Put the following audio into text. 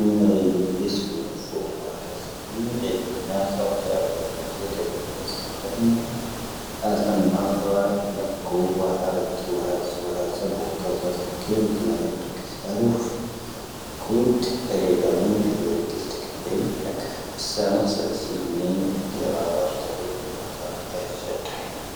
ⵉⵎⴻⵢⴰ ⵍⵉⵢⴻⵣ ⵓⵔⵓⴼ, ⴼoⴷⴰⵡⴰⵀⴰⵙⵉⵔ, ⴻⵜⵜⵉⵏⴰ ⴰⵙⴰ ⴰⵙⴰ ⵡⴰⴷⵣⴻ ⴷⴰⵏ ⵉⴳoⵙ ⵢⴻⵔⵏ. ⴰⵙⴰⵏ ⵏⴰⴳⵀⵍⴰ ⵏⴰⴽo ⵡⴰ ⵀⴰⵔⴰⵜⵓⵀⴰⵣ ⵡⴰ ⴰⵙⴰ ⴱoⴽⴰ ⵣⴰⵙ ⴽⴻⴳⵎⴰ ⵢⴰⴽⵜⵓⴽ ⴰⵙⴻ ⴰⵔⵓⴼ. ⴽooⴷ ⵜⴰⵔⴻⴷⴰⵡⴻⵏ ⴼⵉⴷⵓⵔⵉⴽⵉⵣⵉⵜ ⴽⴰⵡⴻⵏ, ⵏⴽ ⴰⵙⴰⵏ ⴰⴽⵙⵀⴰⴷⴰⵙⵉⵍ ⵏⵉⵏ ⴻⴽ ⵢⴰⵡⴰⵔ ⵜⴰⵔⴻⵏ ⵢⴰⴳⴰⴽ ⴰⵢⴰⴽⵙⴰⴷ.